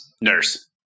nurse